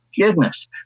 goodness